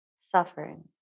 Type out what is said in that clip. suffering